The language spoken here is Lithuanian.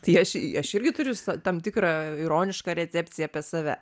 tai aš aš irgi turiu sa tam tikrą ironišką recepciją apie save